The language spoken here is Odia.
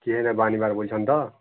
କିଏ ହେଲେ ବୋଲୁଛନ୍ ତ